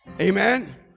Amen